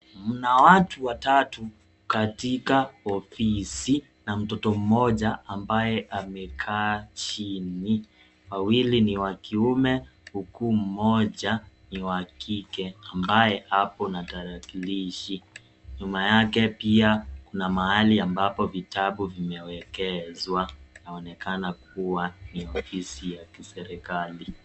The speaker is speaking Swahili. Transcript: Mna watatu katika ofisi na mtoto mmoja ambaye amekaa chini, wawili ni wa kiume huku mmoja ni wa kike ambaye apo na tarakilishi, nyuma yake pia kuna mahali ambapo vitabu vimewekezwa, inaonekana kuwa ni ofisi ya kiserikali.